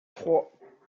trois